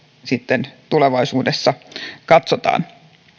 sitten tulevaisuudessa katsotaan